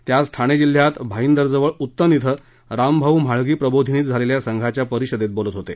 ते आज ठाणे जिल्ह्यात भाईदर जवळ उत्तन इथं रामभाऊ म्हाळगी प्रबोधीनीत झालेल्या संघाच्या परिषदेत बोलत होते